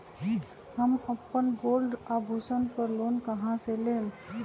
हम अपन गोल्ड आभूषण पर लोन कहां से लेम?